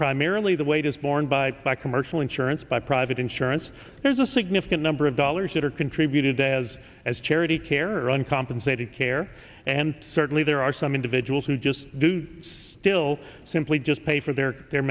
primarily the wages borne by by commercial insurance by private insurance there's a significant number of dollars that are contributed as as charity care or uncompensated care and certainly there are some individuals who just do still simply just pay for their their